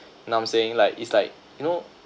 now I'm saying like it's like you know